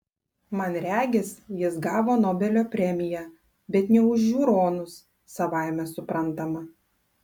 man regis jis gavo nobelio premiją bet ne už žiūronus savaime suprantama